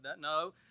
no